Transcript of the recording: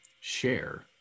share